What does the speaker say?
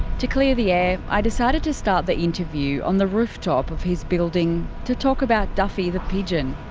to clear the air, i decided to start the interview on the rooftop of his building to talk about duffy the pigeon